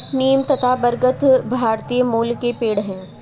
नीम तथा बरगद भारतीय मूल के पेड है